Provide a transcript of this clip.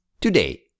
today